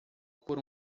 por